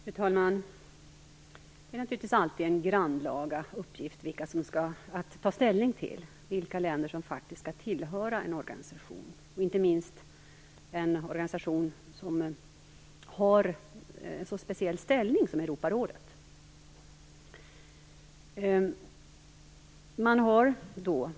Fru talman! Det är naturligtvis alltid en grannlaga uppgift att ta ställning till vilka länder som faktiskt skall tillhöra en organisation, inte minst en organisation som har en så speciell ställning som Europarådet.